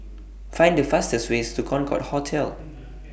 Find The fastest ways to Concorde Hotel